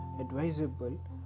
advisable